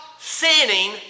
sinning